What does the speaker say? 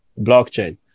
blockchain